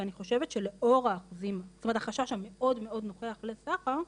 ואני חושבת שלאור החשש המאוד נוכח לסחר,